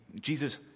Jesus